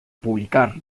publicar